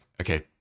okay